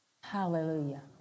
Hallelujah